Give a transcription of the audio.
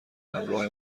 همراه